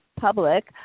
public